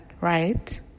Right